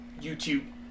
YouTube